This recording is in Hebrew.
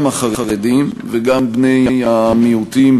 גם החרדים וגם בני המיעוטים,